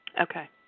Okay